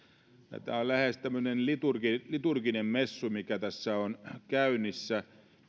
tämä on lähes tämmöinen liturginen liturginen messu mikä tässä on käynnissä